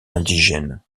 indigène